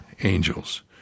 Angels